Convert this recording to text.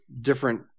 different